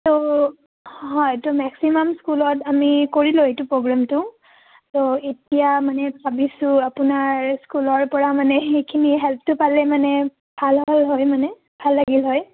ত' হয় ত' মেক্সিমাম স্কুলত আমি কৰিলো এইটো প্ৰগ্ৰেমটো ত' এতিয়া মানে ভাবিছোঁ আপোনাৰ স্কুলৰ পৰা মানে সেইখিনি হেল্পটো পালে মানে ভাল হ'ল হয় মানে ভাল লাগিল হয়